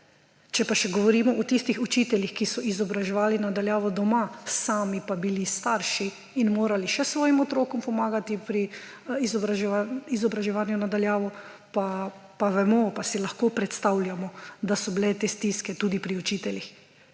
Če pa še govorimo o tistih učiteljih, ki so izobraževali na daljavo doma, sami pa bili starši in so morali še svojim otrokom pomagati pri izobraževanju na daljavo, pa vemo, pa si lahko predstavljamo, da so bile te stiske tudi pri učiteljih.